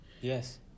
yes